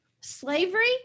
Slavery